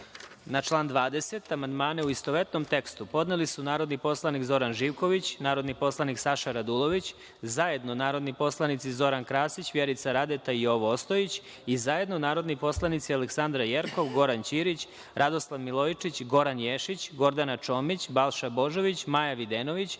član 20. amandmane, u istovetnom tekstu, podneli su narodni poslanik Zoran Živković, narodni poslanik Saša Radulović, zajedno narodni poslanici Zoran Krasić, Vjerica Radeta i Jovo Ostojić i zajedno narodni poslanici Aleksandra Jerkov, Goran Ćirić, Radoslav Milojičić, Goran Ješić, Gordana Čomić, Balša Božović, Maja Videnović,